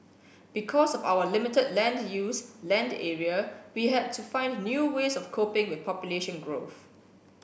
because of our limited land use land area we had to find new ways of coping with population growth